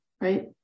right